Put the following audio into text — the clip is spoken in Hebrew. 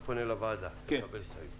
אתה פונה לוועדה לקבל את ההסתייגות.